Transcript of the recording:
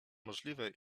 możliwe